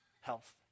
health